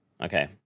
Okay